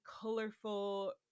colorful